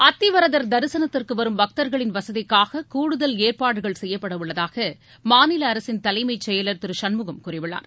அத்திவரதா் தரிசனத்திற்கு வரும் பக்தா்களின் வசதிக்காக கூடுதல் ஏற்பாடுகள் செய்யப்படவுள்ளதாக மாநில அரசின் தலைமைச் செயல் திரு சண்முகம் கூறியுள்ளார்